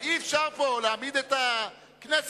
אבל אי-אפשר פה להעמיד את הכנסת,